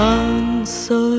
answer